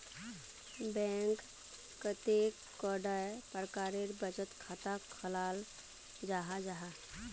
Bank कतेक कैडा प्रकारेर बचत खाता खोलाल जाहा जाहा?